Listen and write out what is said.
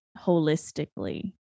holistically